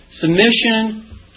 Submission